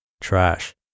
trash